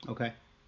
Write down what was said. Okay